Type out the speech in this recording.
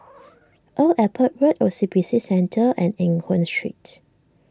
Old Airport Road O C B C Centre and Eng Hoon Street